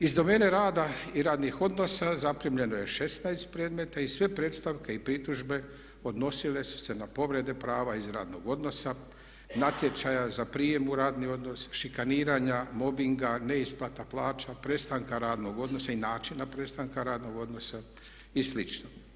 Iz domene rada i radnih odnosa zaprimljeno je 16 predmeta i sve predstavke i pritužbe odnosile su se na povrede prava iz radnog odnosa, natječaja za prijem u radni odnos, šikaniranja, mobbinga, neisplata plaća, prestanka radnog odnosa i načina prestanka radnog odnosa i slično.